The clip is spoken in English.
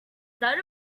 that